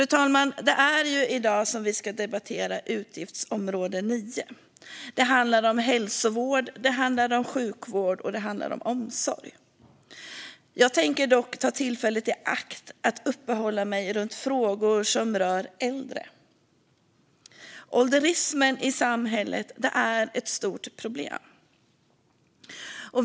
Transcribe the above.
Fru talman! Vi debatterar i dag utgiftsområde 9. Det handlar om hälsovård, sjukvård och omsorg. Jag tänker dock ta tillfället i akt att uppehålla mig vid frågor som rör äldre. Ålderismen i samhället är ett stort problem.